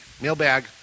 Mailbag